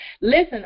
listen